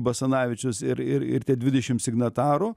basanavičius ir ir ir tie dvidešim signatarų